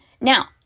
Now